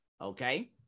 okay